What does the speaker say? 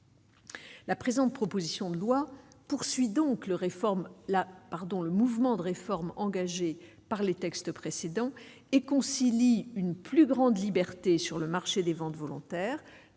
La présente proposition de loi poursuit donc le réforme la pardon, le mouvement de réformes engagé par les textes précédents et concilie une plus grande liberté sur le marché des ventes volontaires